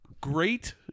great